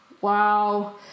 Wow